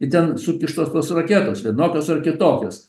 i ten sukištos tos raketos vienokios ar kitokios